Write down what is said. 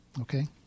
okay